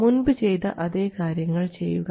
മുൻപ് ചെയ്ത അതേ കാര്യങ്ങൾ ചെയ്യുക